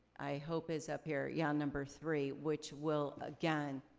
i hope is up here, yeah, ah number three, which will, again,